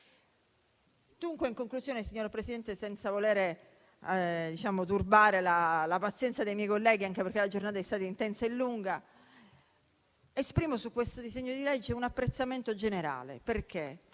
In conclusione, signor Presidente, senza volere turbare la pazienza dei miei colleghi, anche perché la giornata è stata intensa e lunga, esprimo su questo disegno di legge un apprezzamento generale. Questo